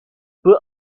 but